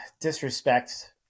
disrespect